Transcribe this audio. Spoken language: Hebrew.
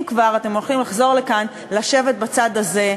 אם כבר, אתם הולכים לחזור לכאן לשבת בצד הזה.